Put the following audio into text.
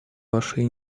вашей